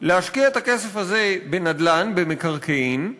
להשקיע את הכסף הזה בנדל"ן, במקרקעין,